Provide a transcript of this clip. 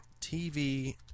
TV